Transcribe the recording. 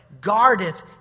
Guardeth